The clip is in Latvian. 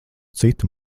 citu